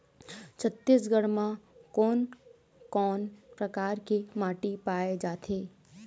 छत्तीसगढ़ म कोन कौन प्रकार के माटी पाए जाथे?